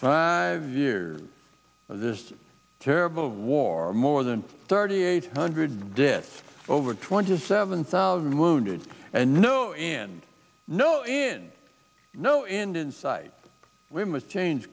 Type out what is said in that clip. i've years this terrible war more than thirty eight hundred deaths over twenty seven thousand did and no and no and no end in sight we must change